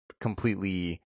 completely